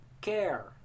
care